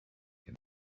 can